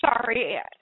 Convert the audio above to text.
Sorry